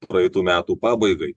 praeitų metų pabaigai